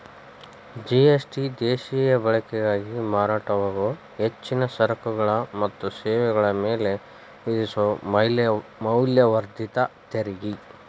GST ದೇಶೇಯ ಬಳಕೆಗಾಗಿ ಮಾರಾಟವಾಗೊ ಹೆಚ್ಚಿನ ಸರಕುಗಳ ಮತ್ತ ಸೇವೆಗಳ ಮ್ಯಾಲೆ ವಿಧಿಸೊ ಮೌಲ್ಯವರ್ಧಿತ ತೆರಿಗಿ